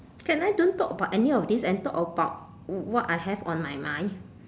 can I don't talk about any of these and talk about what I have on my mind